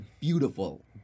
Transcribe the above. beautiful